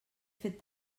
fet